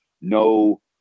no